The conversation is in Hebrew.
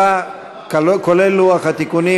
כולל לוח התיקונים,